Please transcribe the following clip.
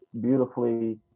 beautifully